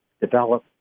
develop